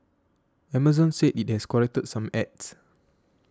Amazon said it has corrected some ads